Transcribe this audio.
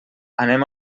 anem